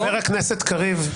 חבר הכנסת קריב,